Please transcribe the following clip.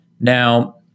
Now